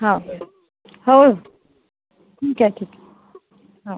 हा होय हो ठीकाय ठीकाय हा